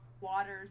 waters